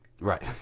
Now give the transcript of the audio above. Right